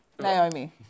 Naomi